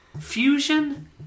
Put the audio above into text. Fusion